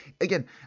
Again